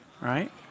right